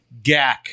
Gak